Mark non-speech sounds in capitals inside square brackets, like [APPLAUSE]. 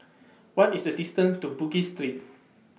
[NOISE] What IS The distance to Bugis Street